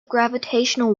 gravitational